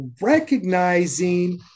recognizing